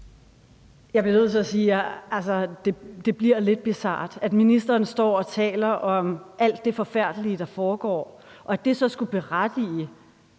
Jeg vil modsat sige, at det bliver lidt bizart, at ministeren står og taler om alt det forfærdelige, der foregår, og at det så skulle berettige,